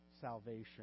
salvation